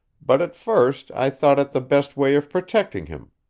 but at first i thought it the best way of protecting him,